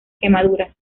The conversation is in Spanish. quemaduras